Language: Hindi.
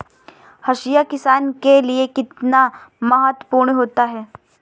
हाशिया किसान के लिए कितना महत्वपूर्ण होता है?